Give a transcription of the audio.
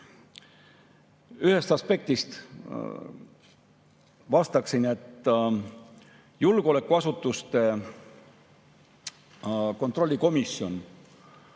ühest aspektist vastaksin, et julgeolekuasutuste kontrolli erikomisjon